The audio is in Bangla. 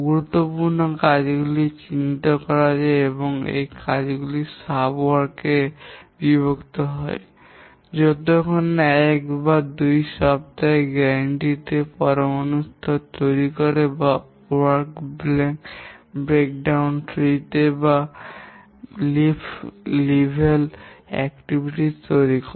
গুরুত্বপূর্ণ কাজগুলি চিহ্নিত করা হয় এবং এবং এগুলি উপ কাজs এ বিভক্ত হয় যতক্ষণ না এক বা দুই সপ্তাহের দানাদারতা তে পরমাণু স্তর তৈরি করে বা কাজ ভাঙ্গন গাছটি পাতার স্তর কার্যক্রম তৈরি করে